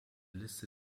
liste